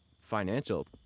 financial